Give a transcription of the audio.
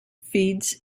feeds